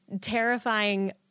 terrifying